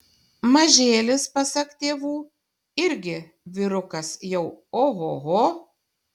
mažėlis pasak tėvų irgi vyrukas jau ohoho